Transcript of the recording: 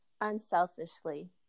unselfishly